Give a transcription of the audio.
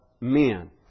men